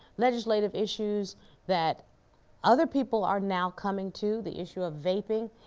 legislative issues that other people are now coming to. the issue of vaping.